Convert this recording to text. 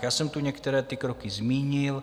Já jsem tu některé ty kroky zmínil.